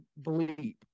bleep